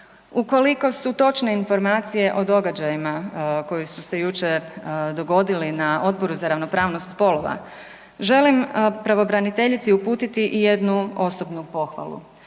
ukoliko su točne informacije o događajima koji su se jučer dogodili na Odboru za ravnopravnost spolova, želim pravobraniteljici uputiti i jednu osobnu pohvalu.